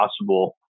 possible